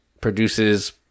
produces